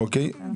אוקיי.